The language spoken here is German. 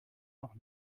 noch